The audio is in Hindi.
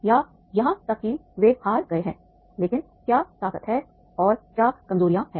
या यहां तक कि वे हार गए हैं लेकिन क्या ताकत हैं और क्या कमजोरियां हैं